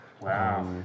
Wow